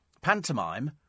pantomime